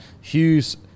Hughes